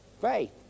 faith